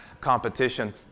competition